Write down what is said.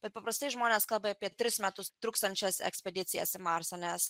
bet paprastai žmonės kalba apie tris metus truksiančias ekspedicijas į marsą nes